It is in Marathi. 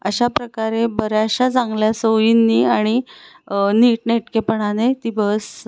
अशा प्रकारे बऱ्याचशा चांगल्या सोयींनी आणि नीटनेटकेपणाने ती बस